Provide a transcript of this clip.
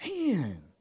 Man